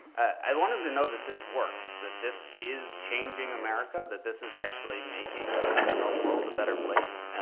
i'd want him to know that this works. that this is changing america that this is actually making our world a better place.